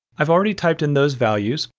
i've already typed in those values,